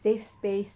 save space